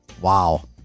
wow